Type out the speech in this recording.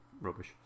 rubbish